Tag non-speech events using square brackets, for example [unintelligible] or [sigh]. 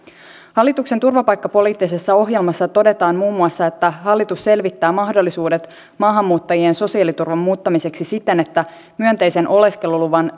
hallituksen turvapaikkapoliittisessa ohjelmassa todetaan muun muassa että hallitus selvittää mahdollisuudet maahanmuuttajien sosiaaliturvan muuttamiseksi siten että myönteisen oleskeluluvan [unintelligible]